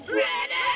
ready